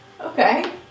Okay